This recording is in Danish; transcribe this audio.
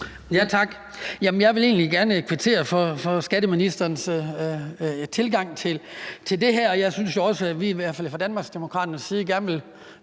Jeg vil egentlig gerne kvittere for skatteministerens tilgang til det her, og vi vil i hvert fald fra Danmarksdemokraternes side gøre